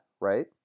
right